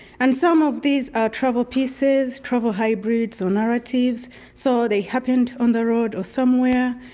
and some of these are trouble pieces, trouble hybrids or narratives so they happened on the road or somewhere.